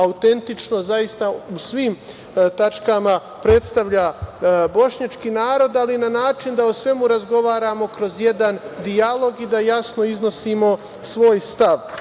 autentično u svim tačkama predstavlja bošnjački narod, ali na način da o svemu razgovaramo kroz jedan dijalog i da jasno iznosimo svoj stav. Ono